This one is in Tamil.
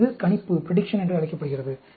மற்றும் இது கணிப்பு என்று அழைக்கப்படுகிறது